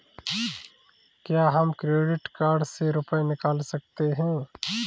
क्या हम credit card से रुपये निकाल सकते हैं?